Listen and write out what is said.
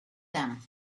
them